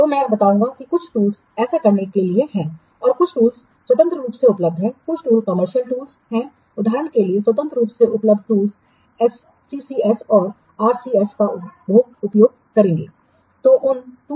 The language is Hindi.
तो मैं बताऊंगा कि कुछ टूंलस ऐसा करने के लिए हैं और कुछ टूंलस स्वतंत्र रूप से उपलब्ध हैं कुछ टूंलस कमर्शियल टूल्स हैं उदाहरण के लिए स्वतंत्र रूप से उपलब्ध टूंलस SCCS और RCS का उपयोग करेंगे